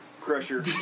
crusher